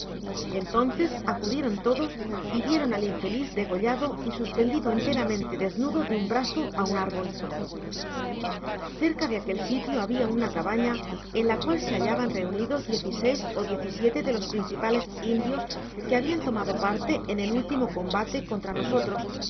entonces acudieron todos y vieron al infeliz degollado y suspendido enteramente desnudo de nn brazo á un árbol cerca de aquel sitio babia una cabana en la cual se hallaban reunidos diez y seis ó diez y siete de los principales indios que habian tomado parte en el último combate contra nosotros y